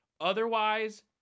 Otherwise